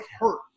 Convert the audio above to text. hurt